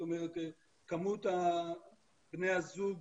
זאת אומרת כמות בני זוג